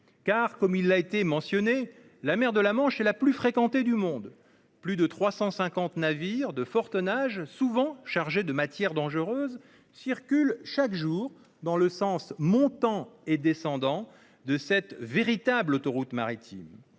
fait, comme cela a été mentionné, la mer de la Manche est la plus fréquentée du monde. Plus de 350 navires de fort tonnage, souvent chargés de matières dangereuses, circulent chaque jour dans les sens montant et descendant de cette véritable autoroute maritime.